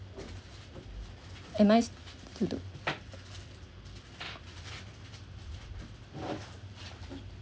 am I